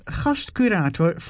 gastcurator